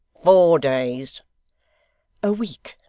four days a week.